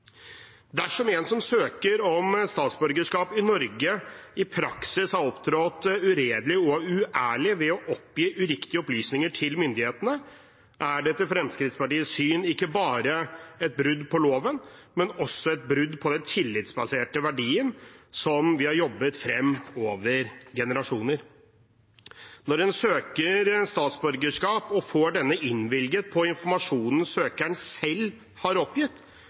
Dersom en som søker om statsborgerskap i Norge, i praksis har opptrådt uredelig og uærlig ved å oppgi uriktige opplysninger til myndighetene, er det etter Fremskrittspartiets syn ikke bare et brudd på loven, men også et brudd på den tillitsbaserte verdien som vi har jobbet frem over generasjoner. Når en søker statsborgerskap og får dette innvilget på informasjonen søkeren selv har oppgitt,